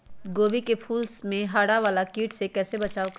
गोभी के फूल मे हरा वाला कीट से कैसे बचाब करें?